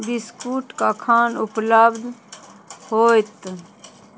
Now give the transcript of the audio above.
biscuit कखन उपलब्ध होयत